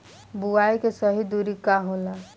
बुआई के सही दूरी का होला?